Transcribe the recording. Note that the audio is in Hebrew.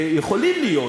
ויכולים להיות,